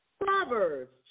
Proverbs